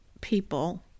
people